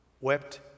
wept